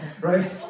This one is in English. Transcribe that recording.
Right